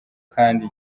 kandi